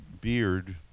beard